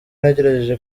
nagerageje